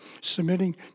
Submitting